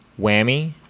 Whammy